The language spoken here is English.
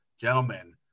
Gentlemen